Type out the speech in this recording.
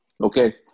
Okay